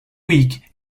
week